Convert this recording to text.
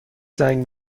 زنگ